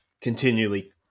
continually